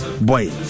boy